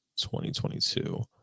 2022